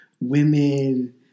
women